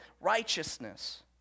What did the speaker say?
righteousness